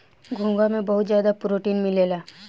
घोंघा में बहुत ज्यादा प्रोटीन मिलेला